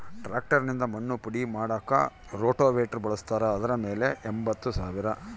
tractor ನಿಂದ ಮಣ್ಣು ಪುಡಿ ಮಾಡಾಕ ರೋಟೋವೇಟ್ರು ಬಳಸ್ತಾರ ಅದರ ಬೆಲೆ ಎಂಬತ್ತು ಸಾವಿರ